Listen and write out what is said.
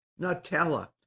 Nutella